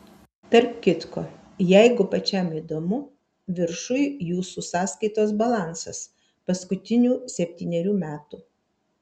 tarp kitko jeigu pačiam įdomu viršuj jūsų sąskaitos balansas paskutinių septynerių metų